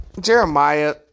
Jeremiah